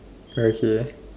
okay